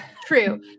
True